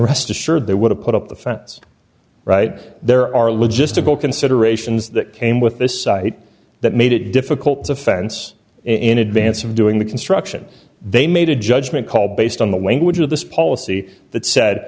rest assured they would have put up the fence right there are logistical considerations that came with this site that made it difficult to fence in advance of doing the construction they made a judgment call based on the way in which of this policy that said